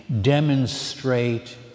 demonstrate